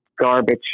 garbage